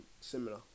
similar